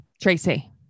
Tracy